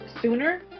sooner